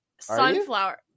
sunflower